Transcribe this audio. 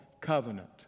covenant